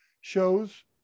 shows